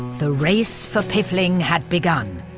the race for piffling had begun!